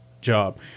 job